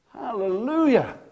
Hallelujah